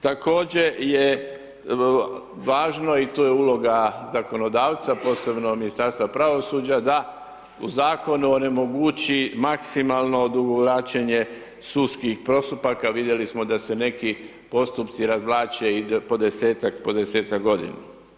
Također je važno i tu je uloga zakonodavca, posebno Ministarstva pravosuđa da u zakonu onemogući maksimalno odugovlačenje sudskih postupaka vidjeli smo da se neki postupci razvlače i po 10-tak godina.